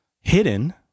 hidden